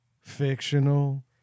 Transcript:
fictional